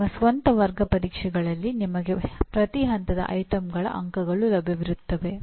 ನಿಮ್ಮ ಸ್ವಂತ ವರ್ಗ ಪರೀಕ್ಷೆಗಳಲ್ಲಿ ನಿಮಗೆ ಪ್ರತಿ ಹಂತದ ವಿಷಯಗಳ ಅಂಕಗಳು ಲಭ್ಯವಿರುತ್ತವೆ